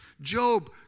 Job